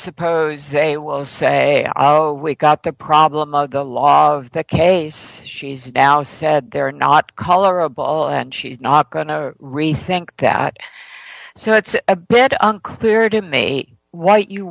suppose they will say i got the problem of the law of the case she's now said they're not color a ball and she's not going to rethink that so it's a bit unclear to me what you